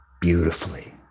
beautifully